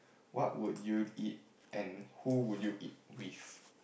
what would you eat and who would you eat with